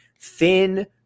thin